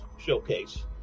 showcase